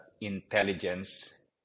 intelligence